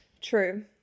True